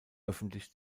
öffentlich